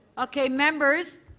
okay. members,